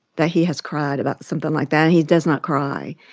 that he has cried about something like that. he does not cry.